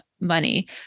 money